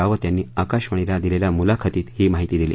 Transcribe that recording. रावत यांनी आकाशवाणीला दिलेल्या मुलाखातीत ही माहिती दिली